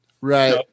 Right